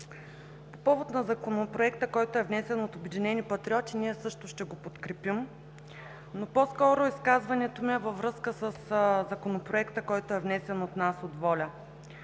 по повод на Законопроекта, който е внесен от „Обединени патриоти“, ние също ще го подкрепим, но по-скоро изказването ми е във връзка със Законопроекта, който е внесен от нас, от „Воля“.